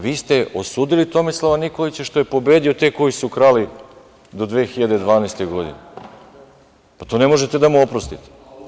Vi ste osudili Tomislava Nikolića što je pobedio te koji su krali do 2012. godine, pa to ne možete da mu oprostite.